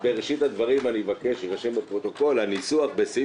בראשית הדברים אני אבקש שיירשם בפרוטוקול שהניסוח בסעיף